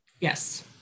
Yes